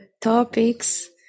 topics